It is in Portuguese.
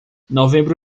novembro